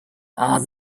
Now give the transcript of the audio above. are